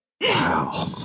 Wow